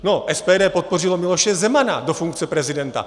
No, SPD podpořilo Miloše Zemana do funkce prezidenta.